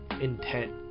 intent